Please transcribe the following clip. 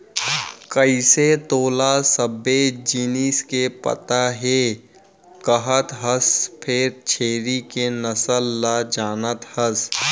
कइसे तोला सबे जिनिस के पता हे कहत हस फेर छेरी के नसल ल जानत हस?